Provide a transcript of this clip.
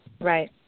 Right